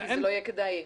לא יהיה כדאי.